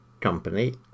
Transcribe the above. company